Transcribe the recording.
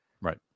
right